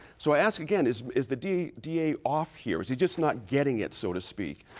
so i ask again, is is the d d a. off here? is he just not getting it, so to speak,